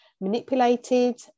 manipulated